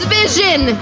vision